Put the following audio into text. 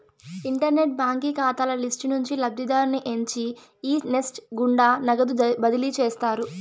internet బాంకీ కాతాల list నుంచి లబ్ధిదారుని ఎంచి ఈ నెస్ట్ గుండా నగదు బదిలీ చేస్తారు